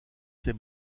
ces